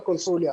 לקונסוליה.